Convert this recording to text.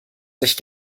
sich